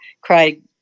Craig